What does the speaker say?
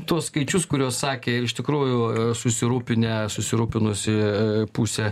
tuos skaičius kuriuos sakė iš tikrųjų susirūpinę susirūpinusi pusė